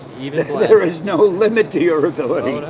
there is no limit to your ability.